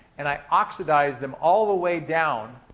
and i oxidize them all the way down